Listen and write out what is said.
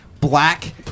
black